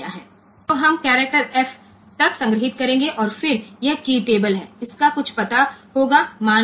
તેથી આપણે f character સુધી સંગ્રહ કરીશું અને તો આ કી ટેબલ છે અને આ બહુ સફળ છે